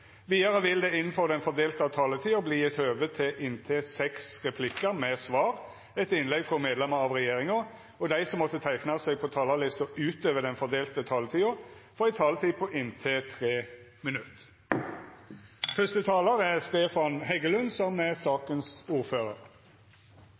Vidare vil det – innanfor den fordelte taletida – verta gjeve høve til inntil seks replikkar med svar etter innlegg frå medlemer av regjeringa, og dei som måtte teikna seg på talarlista utover den fordelte taletida, får ei taletid på inntil 3 minutt. Det er